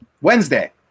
Wednesday